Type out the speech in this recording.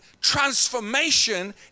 transformation